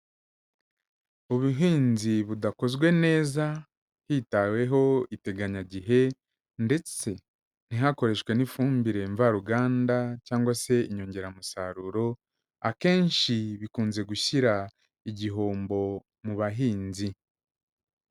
Ubuhinzi budakozwe neza hitaweho iteganyagihe ndetse ntihakoreshwe n'ifumbire mvaruganda cyangwa se inyongeramusaruro, akenshi bikunze gushyira igihombo mu bahinzi.